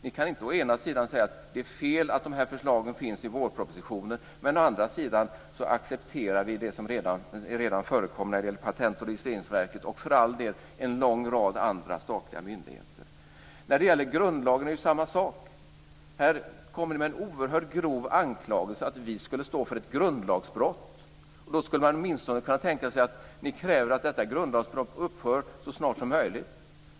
Ni kan ju inte å ena sidan säga att det är fel att dessa förslag finns i vårpropositionen, å andra sidan acceptera det som redan förekommer hos Patent och registreringsverket och för all del också en lång rad andra statliga myndigheter. Samma sak gäller det här med grundlagen. Ni kommer med en oerhört grov anklagelse om att vi skulle begå ett grundlagsbrott. Då skulle man kunna tänka sig att ni åtminstone krävde att det skulle upphöra så snart som möjligt.